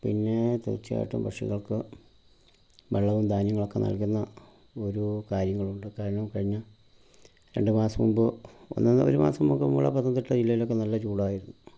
പിന്നെ തീർച്ചയായിട്ടും പക്ഷികൾക്ക് വെള്ളവും ധാന്യങ്ങളൊക്കെ നൽകുന്ന ഓരോ കാര്യങ്ങളുണ്ട് കാരണം കഴിഞ്ഞ രണ്ട് മാസം മുമ്പ് ഒന്നാമത് ഒരു മാസം നമുക്ക് നമ്മുടെ പത്തനംതിട്ട ജില്ലേലക്കെ നല്ല ചൂടായിരുന്നു